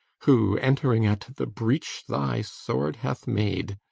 who, entering at the breach thy sword hath made,